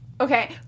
Okay